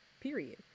period